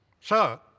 Sir